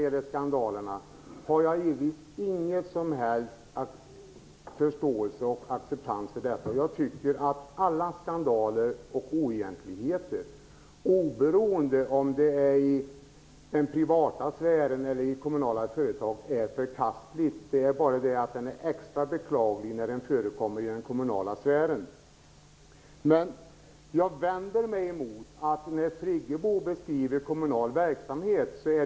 Jag har naturligtvis ingen som helst förståelse och acceptans för skandalerna. Alla skandaler och oegentligheter, oberoende om de sker i den privata sfären eller i kommunala företag är förkastliga. Och de är extra beklagliga när de förekommer i den kommunala sfären. Men jag vänder mig emot Birgit Friggebos beskrivning av kommunal verksamhet.